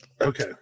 okay